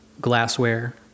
glassware